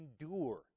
endure